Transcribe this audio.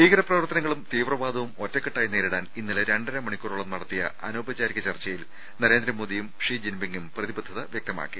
ഭീകരപ്ര വർത്തനങ്ങളും തീവ്രവാദവും ഒറ്റക്കെട്ടായി നേരിടാൻ ഇന്നലെ രണ്ടര മണിക്കൂറോളം നടത്തിയ അനൌപചാരിക ചർച്ചയിൽ നരേന്ദ്രമോദിയും ഷീ ജിൻ പിങും പ്രതിബദ്ധത വൃക്തമാക്കി